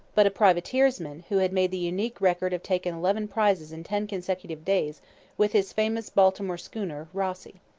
but a privateersman who had made the unique record of taking eleven prizes in ten consecutive days with his famous baltimore schooner rossie.